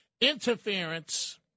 interference